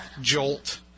Jolt